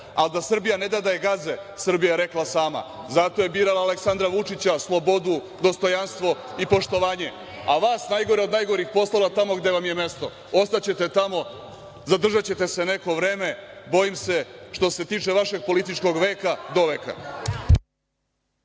Ali da Srbija ne da da je gaze, Srbija je rekla sama. Zato je birala Aleksandra Vučića, slobodu, dostojanstvo i poštovanje, a vas najgore od najgorih poslala tamo gde vam je mesto. Ostaćete tamo, zadržaćete se neko vreme, bojim se, što se tiče vašeg političkog veka – doveka.